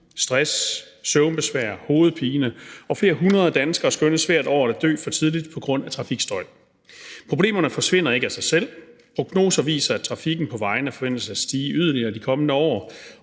Stress, søvnbesvær og hovedpine. Og flere hundrede danskere skønnes hvert år at dø for tidligt på grund af trafikstøj. Problemerne forsvinder ikke af sig selv. Prognoser viser, at trafikken på vejene forventes at stige yderligere i de kommende år,